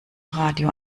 radio